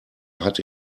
hatte